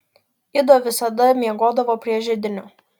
ido visada miegodavo prie židinio